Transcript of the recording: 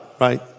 right